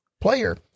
player